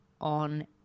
on